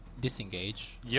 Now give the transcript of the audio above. disengage